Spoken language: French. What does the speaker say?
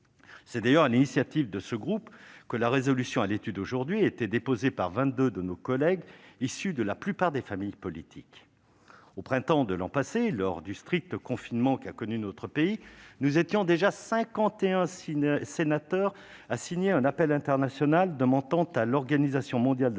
C'est d'ailleurs sur l'initiative de ce groupe que la proposition de résolution à l'étude aujourd'hui a été déposée par vingt-deux de nos collègues, issus de la plupart des familles politiques. Au printemps de l'an passé, lors du confinement strict qu'a connu notre pays, nous étions déjà cinquante et un sénateurs à signer un appel international demandant à l'Organisation mondiale de la santé